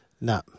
No